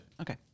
Okay